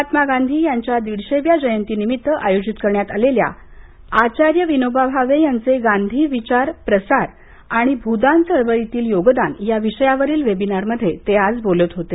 महात्मा गांधी यांच्या दीडशेव्या जयंतीनिमित्त आयोजित करण्यात आलेल्या आचार्य विनोबा भावे यांचे गांधी विचार प्रसार आणि भूदान चळवळीतील योगदान या विषयावरील वेबिनारमध्ये ते आज बोलत होते